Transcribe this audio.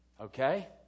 Okay